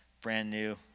brand-new